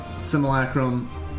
simulacrum